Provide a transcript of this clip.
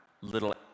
little